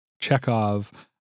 Chekhov